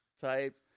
type